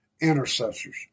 intercessors